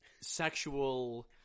sexual